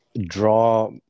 draw